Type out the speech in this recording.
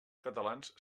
catalans